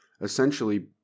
essentially